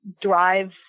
drive